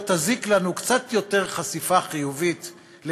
לא תזיק לנו קצת יותר חשיפה חיובית של